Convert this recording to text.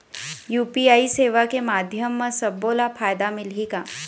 UPI सेवा के माध्यम म सब्बो ला फायदा मिलही का?